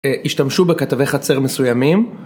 ‫השתמשו בכתבי חצר מסוימים.